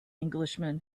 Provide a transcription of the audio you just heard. englishman